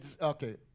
okay